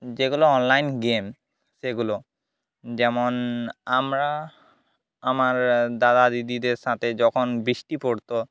যেগুলো online game সেগুলো যেমন আমরা আমার দাদা দিদিদের সাথে যখন বৃষ্টি পড়তো